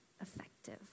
effective